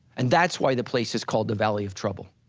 and that's why the place is called the valley of trouble.